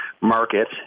market